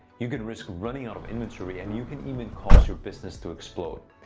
you can risk running out of inventory and you can even cause your business to explode.